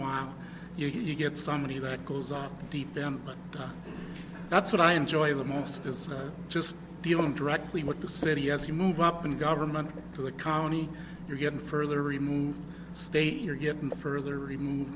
while you get somebody that goes off to them but that's what i enjoy the most is just dealing directly with the city as you move up and government to the county you're getting further removed state you're getting further removed